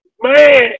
man